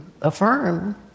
affirm